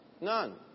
None